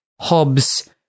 Hobbes